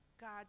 God